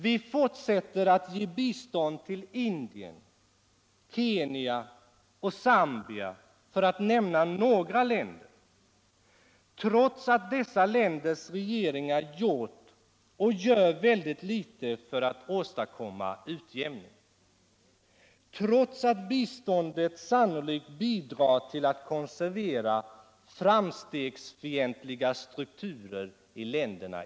Vi fortsätter att ge bistånd till Indien, Kenya och Zambia — för att nämna några länder — trots att dessa länders regeringar gjort och gör väldigt litet för att åstadkomma en utjämning och trots att biståndet sannolikt bidrar till att konservera framstegsfientliga strukturer i länderna.